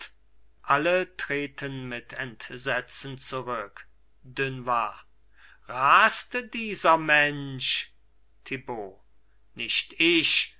alle treten mit entsetzen zurück dunois rast dieser mensch thibaut nicht ich